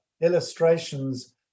illustrations